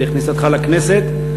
על כניסתך לכנסת,